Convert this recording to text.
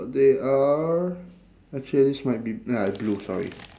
they are I change might be ah blue sorry